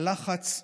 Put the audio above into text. הלחץ,